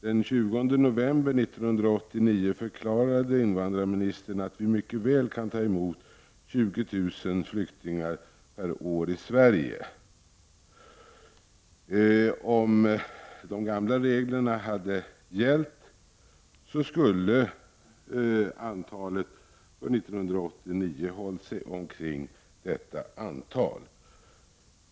Den 20 november 1989 förklarade invandrarministern att vi mycket väl kan ta emot 20 000 flyktingar per år i Sverige. Om de gamla reglerna hade gällt skulle antalet för 1989 ha hållit sig runt denna siffra.